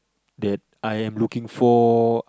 that I am looking for